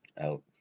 Out